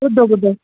ॿुधो ॿुधो